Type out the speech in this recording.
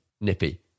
nippy